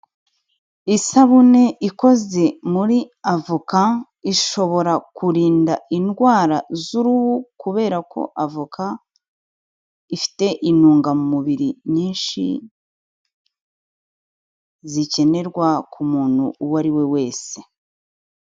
Isabune ikoze muri avoka, ishobora kurinda indwara z'uruhu kubera ko avoka ifite intungamubiri nyinshi, zikenerwa ku muntu uwo ari we wese.